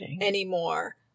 anymore